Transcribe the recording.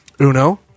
Uno